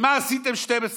"מה עשיתם 12 שנה",